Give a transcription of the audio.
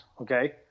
Okay